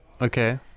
Okay